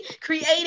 creating